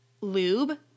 lube